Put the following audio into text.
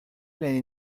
l’année